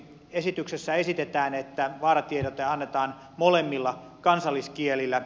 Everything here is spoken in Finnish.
esityksessä esitetään että vaaratiedote annetaan molemmilla kansalliskielillä